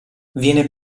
viene